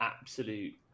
absolute